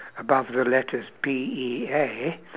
above the the letters P E A